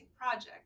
Project